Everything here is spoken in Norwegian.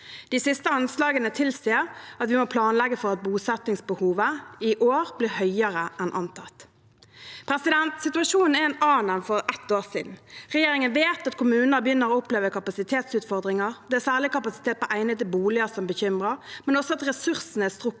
De siste anslagene tilsier at vi må planlegge for at bosettingsbehovet i år blir høyere enn antatt. Situasjonen er en annen enn for ett år siden. Regjeringen vet at kommuner begynner å oppleve kapasitetsutfordringer. Det er særlig kapasitet på egnede boliger som bekymrer, men også at ressursene er strukket